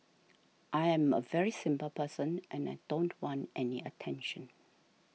I am a very simple person and I don't want any attention